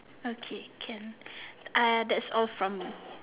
okay can uh that's all from me